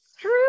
true